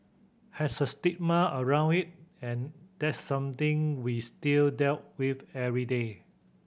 has a stigma around it and that's something we still dealt with every day